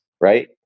right